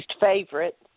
favorite